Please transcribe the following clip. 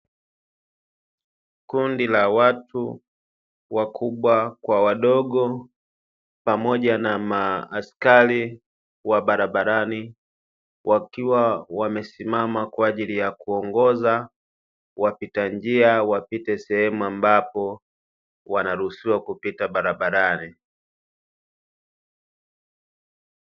Kundi la watu wakubwa kwa wadogo pamoja na maaskari wa barabarani, wakiwa wamesimama kwa ajili ya kuongoza wapita njia wapite sehemu ambapo wanaruhusiwa kupita barabarani.